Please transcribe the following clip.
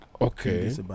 Okay